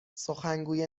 سخنگوی